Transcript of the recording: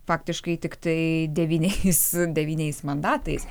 faktiškai tiktai devyniais devyniais mandatais